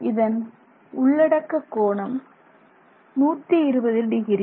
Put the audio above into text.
எனவே இதன் உள்ளடக்கக் கோணம் 120 டிகிரி